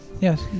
Yes